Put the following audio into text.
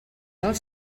del